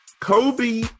Kobe